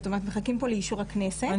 מחכים פה לאישור הכנסת,